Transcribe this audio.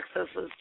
accesses